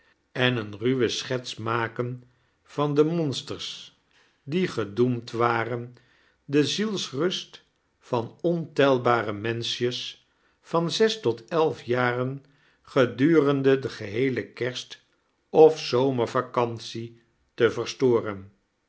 en eene ruwe schets maken van de monsters die gedoemd waren de zielsrust van ontelbare menschjes van zes tot elf jaren gedurende de geheele kerst of zomervacantie te verstoren